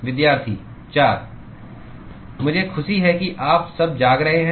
विद्यार्थी 4 मुझे खुशी है कि आप सब जाग रहे हैं